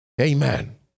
Amen